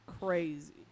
crazy